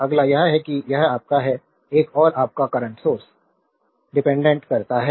अगला यह है कि यह आपका है एक और आपका करंट सोर्स डिपेंडेंट करता है